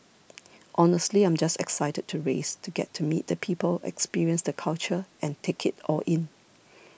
honestly I'm just excited to race to get to meet the people experience the culture and take it all in